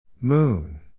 Moon